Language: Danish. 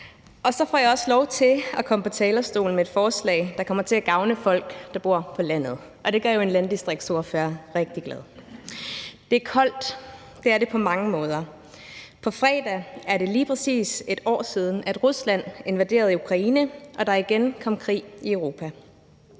Og så får jeg også lov til at komme på talerstolen i forbindelse med et forslag, der kommer til at gavne folk, der bor på landet, og det gør jo en landdistriktsordfører rigtig glad. Det er koldt; det er det på mange måder. På fredag er det lige præcis 1 år siden, at Rusland invaderede Ukraine og der igen kom krig i Europa.